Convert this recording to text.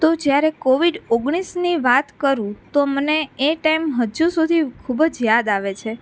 તો જ્યારે કોવિડ ઓગણીસની વાત કરું તો મને એ ટાઈમ હજુ સુધી ખૂબ જ યાદ આવે છે